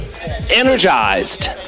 Energized